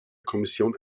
kommission